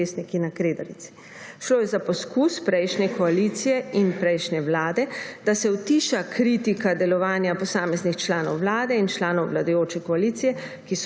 protestniki na Kredarici. Šlo je za poskus prejšnje koalicije in prejšnje vlade, da se utiša kritika delovanja posameznih članov vlade in članov vladajoče koalicije,